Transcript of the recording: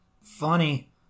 Funny